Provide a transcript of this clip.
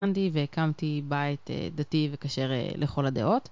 קמי והקמתי בית דתי וכשר לכל הדעות.